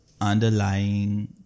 underlying